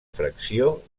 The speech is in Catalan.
fracció